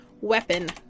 Weapon